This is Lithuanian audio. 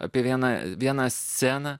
apie vieną vieną sceną